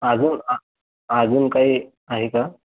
अजून आ अजून काही आहे का